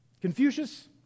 Confucius